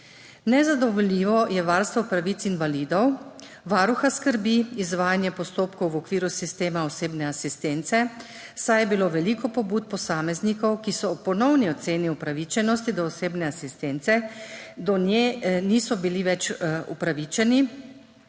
Nezadovoljivo je varstvo pravic invalidov. Varuha skrbi izvajanje postopkov v okviru sistema osebne asistence, saj je bilo veliko pobud posameznikov, ko ob ponovni oceni upravičenosti do osebne asistence, do nje niso bili več upravičeni